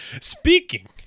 Speaking